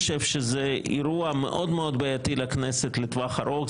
שזה אירוע מאוד מאוד בעייתי לכנסת לטווח ארוך.